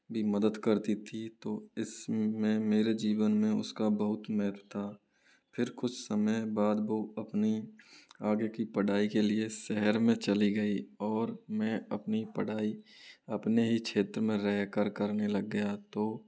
भी मदद करती थी तो इस में मेरे जीवन में उस का बहुत महत्व था फिर कुछ समय बाद वो अपनी आगे की पढ़ाई के लिए शहर में चली गई और मैं अपनी पढ़ाई अपने ही क्षेत्र में रह कर करने लग गया तो